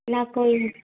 నాకు